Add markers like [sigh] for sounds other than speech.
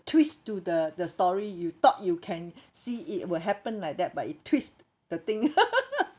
twist to the the story you thought you can see it will happen like that but it twist the thing [laughs]